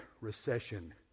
Recession